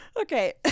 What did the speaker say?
okay